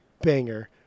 banger